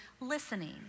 listening